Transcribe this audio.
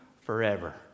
forever